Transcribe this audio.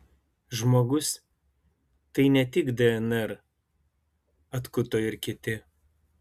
žmogus tai ne tik dnr atkuto ir kiti